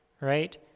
right